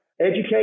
educate